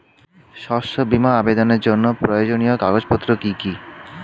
শস্য বীমা আবেদনের জন্য প্রয়োজনীয় কাগজপত্র কি কি?